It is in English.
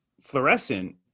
fluorescent